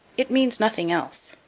it means nothing else.